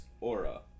Aura